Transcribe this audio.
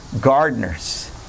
gardeners